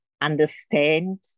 understand